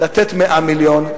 לתת 100 מיליון,